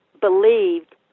believed